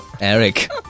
Eric